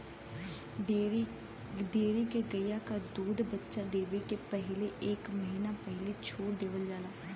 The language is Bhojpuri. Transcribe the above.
डेयरी के गइया क दूध बच्चा देवे के पहिले एक महिना पहिले छोड़ देवल जाला